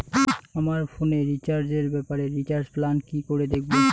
আমার ফোনে রিচার্জ এর ব্যাপারে রিচার্জ প্ল্যান কি করে দেখবো?